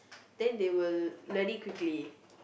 then they will learn it quickly